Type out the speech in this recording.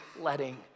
letting